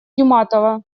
юматово